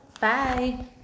Bye